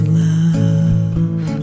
love